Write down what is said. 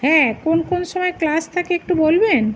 হ্যাঁ কোন কোন সময় ক্লাস থাকে একটু বলবেন